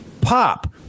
pop